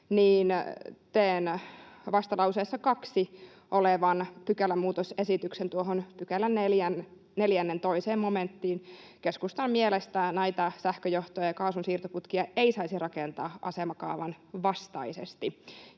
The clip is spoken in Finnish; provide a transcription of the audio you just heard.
teen vastalauseessa 2 olevan pykälämuutosesityksen tuohon 4 §:n 2 momenttiin. Keskustan mielestä näitä sähköjohtoja ja kaasun siirtoputkia ei saisi rakentaa asemakaavan vastaisesti.